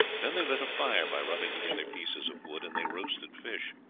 then they lit a fire, by rubbing together pieces of wood, and they roasted fish.